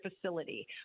facility